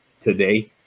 today